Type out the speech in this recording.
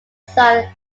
son